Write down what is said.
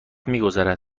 میگذره